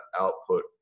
output